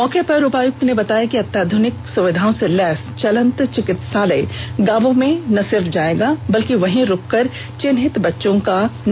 मौके पर उपायुक्त ने बताया कि अत्याधुनिक सुर्विधाओं से लैस चलंत चिकित्सालय गांवों में न सिर्फ जाएगा बल्कि वहीं रुककर चिन्हित बच्चों का मुफ्त इलाज भी करेगा